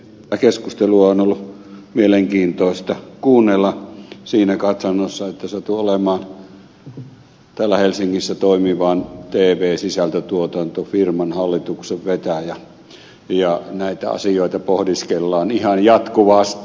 tätä keskustelua on ollut mielenkiintoista kuunnella siinä katsannossa että satun olemaan täällä helsingissä toimivan tv sisältötuotantofirman hallituksen vetäjä ja näitä asioita pohdiskellaan ihan jatkuvasti